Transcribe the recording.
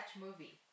movie